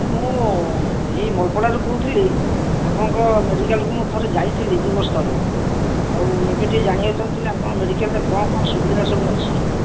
ଏ ମୁଁ ଏହି ମଇପଡ଼ାରୁ କହୁଥିଲି ଆପଣଙ୍କ ମେଡ଼ିକାଲକୁ ମୁଁ ଥରେ ଯାଇଥିଲି ଦୁଇବର୍ଷ ତଳେ ଆଉ ଏବେ ଟିକିଏ ଜାଣିବାକୁ ଚାହୁଁଥିଲି ଆପଣଙ୍କ ମେଡ଼ିକାଲରେ କ'ଣ କ'ଣ ସୁବିଧା ସବୁ ଅଛି